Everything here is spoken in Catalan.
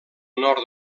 nord